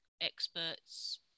experts